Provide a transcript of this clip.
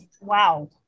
wow